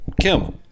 Kim